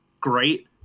great